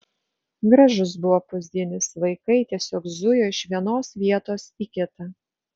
gražus buvo pusdienis vaikai tiesiog zujo iš vienos vietos į kitą